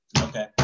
Okay